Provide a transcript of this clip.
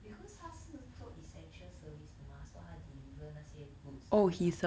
because 他是做 essential service 的 mah so 他 deliver 那些 goods 出来